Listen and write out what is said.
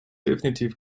definitiv